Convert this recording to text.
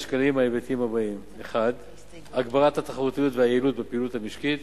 נשקלים ההיבטים הבאים: 1. הגברת התחרותיות והיעילות בפעילות המשקית,